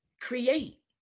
create